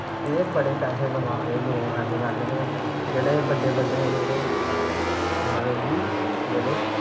एह्दे पर बड़े पैहे कमा दे लोग अजकल्ल जेह्ड़े बड्डे बड्डे जेह्ड़े